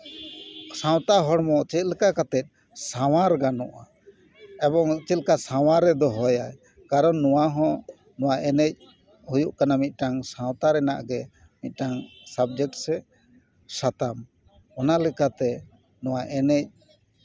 ᱥᱟᱶᱛᱟ ᱦᱚᱲᱢᱚ ᱪᱮᱫ ᱞᱮᱠᱟ ᱠᱟᱛᱮᱫ ᱥᱟᱶᱟᱨ ᱜᱟᱱᱚᱜᱼᱟ ᱮᱵᱚᱝ ᱪᱮᱫ ᱞᱮᱠᱟ ᱥᱟᱶᱟᱨᱮ ᱫᱚᱦᱚᱭᱟ ᱠᱟᱨᱚᱱ ᱱᱚᱣᱟ ᱦᱚᱸ ᱱᱚᱣᱟ ᱮᱱᱮᱡ ᱦᱩᱭᱩᱜ ᱠᱟᱱᱟ ᱢᱤᱫᱴᱟᱱ ᱥᱟᱶᱛᱟ ᱨᱮᱱᱟᱜ ᱜᱮ ᱢᱤᱫᱴᱟᱱ ᱥᱟᱵᱡᱮᱠᱴᱥ ᱥᱮ ᱥᱟᱛᱟᱢ ᱚᱱᱟ ᱞᱮᱠᱟᱛᱮ ᱱᱚᱣᱟ ᱮᱱᱮᱡ